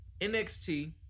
NXT